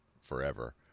forever